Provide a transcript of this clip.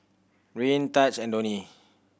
Reino Tahj and Donnie